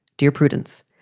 dear prudence,